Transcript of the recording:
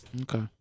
Okay